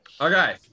Okay